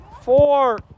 Four